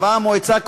קבעה המועצה,